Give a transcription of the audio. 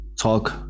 talk